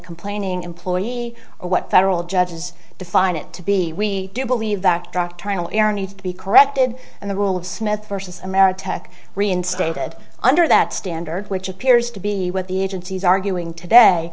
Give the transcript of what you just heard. complaining employee or what federal judges define it to be we do believe that doctrinal error needs to be corrected and the rule of smith versus ameritech reinstated under that standard which appears to be what the agency is arguing today